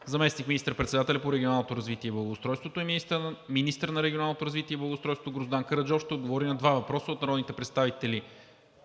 2. Заместник министър-председателят по регионалното развитие и благоустройството и министър на регионалното развитие и благоустройството Гроздан Караджов ще отговори на два въпроса от народните представители